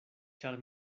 ĉar